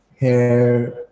hair